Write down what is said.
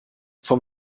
vom